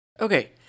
Okay